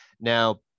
Now